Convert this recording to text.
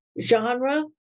genre